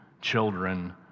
children